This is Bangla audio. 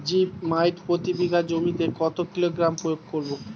জিপ মাইট প্রতি বিঘা জমিতে কত কিলোগ্রাম প্রয়োগ করব?